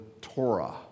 Torah